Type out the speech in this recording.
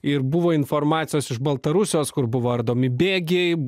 ir buvo informacijos iš baltarusijos kur buvo ardomi bėgiai